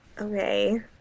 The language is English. okay